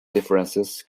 differences